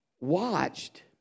watched